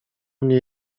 mnie